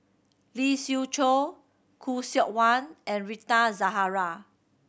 Lee Siew Choh Khoo Seok Wan and Rita Zahara